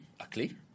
Ugly